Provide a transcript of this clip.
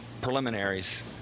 preliminaries